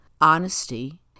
honesty